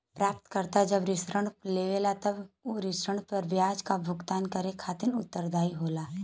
प्राप्तकर्ता जब ऋण लेवला तब उ ऋण पे ब्याज क भुगतान करे खातिर उत्तरदायी होला